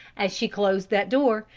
as she closed that door,